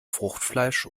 fruchtfleisch